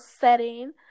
setting